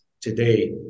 today